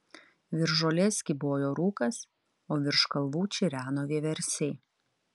virš žolės kybojo rūkas o virš kalvų čireno vieversiai